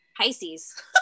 Pisces